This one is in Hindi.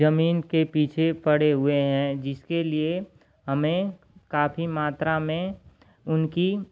ज़मीन के पीछे पड़े हुए हैं जिसके लिए हमें काफ़ी मात्रा में उनकी